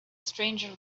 stranger